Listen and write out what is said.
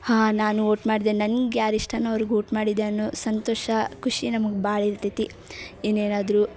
ಹಾಂ ನಾನು ವೋಟ್ ಮಾಡಿದೆ ನನ್ಗೆ ಯಾರು ಇಷ್ಟವೋ ಅವ್ರಿಗೆ ವೋಟ್ ಮಾಡಿದೆ ಅನ್ನೋ ಸಂತೋಷ ಖುಷಿ ನಮಗೆ ಭಾಳ ಇರ್ತೈತಿ ಇನ್ನೇನಾದರೂ